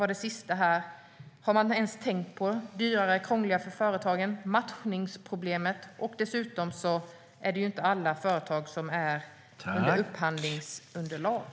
Har man ens tänkt på att det blir dyrare och krångligare för företagen, på matchningsproblemet och på att alla företag inte ingår i upphandlingsunderlag?